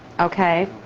okay.